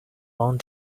long